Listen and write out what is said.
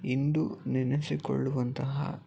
ಇಂದು ನೆನೆಸಿಕೊಳ್ಳುವಂತಹ